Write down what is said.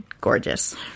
Gorgeous